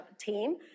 team